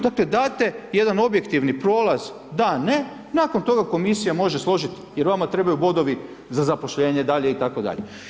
Dakle, date jedan objektivni prolaz DA, NE, nakon toga Komisija može složit, jer vama trebaju bodovi za zaposlenje dalje itd.